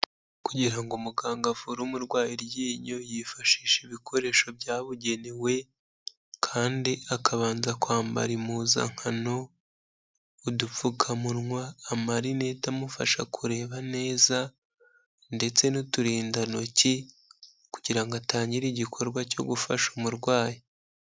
Kugira ngo umuganga avure umurwayi iryinyo, yifashisha ibikoresho byabugenewe kandi akabanza kwambara impuzankano, udupfukamunwa, amarinete amufasha kureba neza ndetse n'uturindantoki kugira ngo atangire igikorwa cyo gufasha umurwayi.